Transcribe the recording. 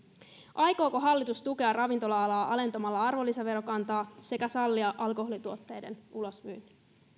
aikooko hallitus tukea ravintola alaa alentamalla arvonlisäverokantaa sekä sallia alkoholituotteiden ulosmyynnin